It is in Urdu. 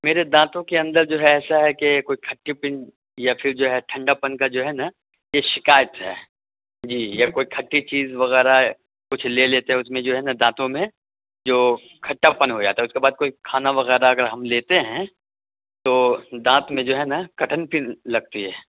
میرے دانتوں کے اندر جو ہے ایسا ہے کہ کوئی کھٹی پن یا پھر جو ہے ٹھنڈا پن کا جو ہے نا یہ شکایت ہے جی یا کوئی کھٹی چیز وغیرہ ہے کچھ لے لیتے ہیں اس میں جو ہے نا دانتوں میں جو کھٹا پن ہو جاتا ہے اس کے بعد کوئی کھانا وغیرہ اگر ہم لیتے ہیں تو دانت میں جو ہے نا کٹھن پن لگتی ہے